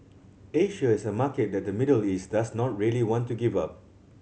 Asia is a market that the Middle East does not really want to give up